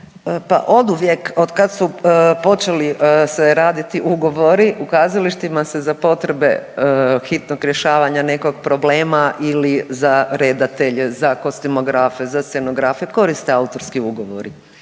oduvijek od kada su počeli se raditi ugovori u kazalištima se za potrebe hitnog rješavanja nekog problema ili za redatelje, za kostimografe, za scenografe koriste autorski ugovori.